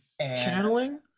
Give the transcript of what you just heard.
Channeling